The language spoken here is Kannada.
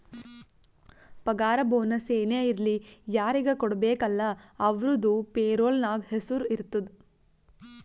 ಪಗಾರ ಬೋನಸ್ ಏನೇ ಇರ್ಲಿ ಯಾರಿಗ ಕೊಡ್ಬೇಕ ಅಲ್ಲಾ ಅವ್ರದು ಪೇರೋಲ್ ನಾಗ್ ಹೆಸುರ್ ಇರ್ತುದ್